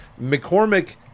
mccormick